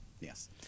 Yes